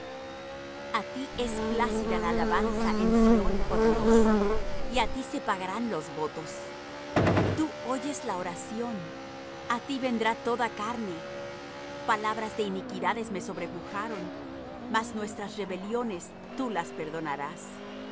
a ti es plácida la alabanza en sión oh dios y á ti se pagarán los votos tú oyes la oración a ti vendrá toda carne palabras de iniquidades me sobrepujaron mas nuestras rebeliones tú las perdonarás